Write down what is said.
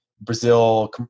Brazil